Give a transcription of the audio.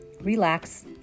Relax